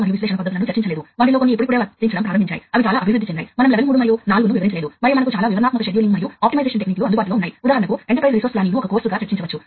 కాబట్టి రిపీటర్ వాస్తవానికి బస్ విభాగాన్ని కలుపుతుంది మంచి రంగును ప్రయత్నిస్తాను కాబట్టి ఇది బస్ సెగ్మెంట్ మరియు ఈ రిపీటర్ వాస్తవానికి ఏ డేటా తో అయినా మాట్లాడుతుంది